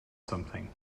something